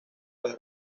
los